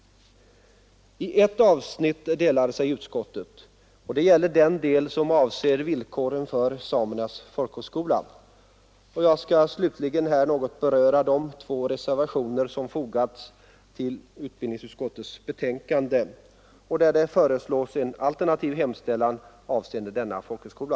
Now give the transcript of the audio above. I ett avsnitt delar sig utskottet. Det gäller villkoren för Samernas folkhögskola. Jag skall här slutligen något beröra de två reservationer som fogats till utbildningsutskottets betänkande och som föreslår en alternativ hemställan avseende denna folkhögskola.